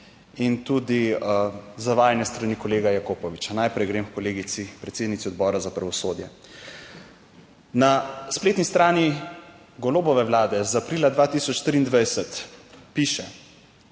in tudi zavajanje s strani kolega Jakopoviča. Najprej grem h kolegici predsednici Odbora za pravosodje. Na spletni strani Golobove vlade iz aprila 2023 piše,